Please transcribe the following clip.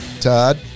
Todd